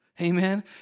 Amen